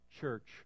church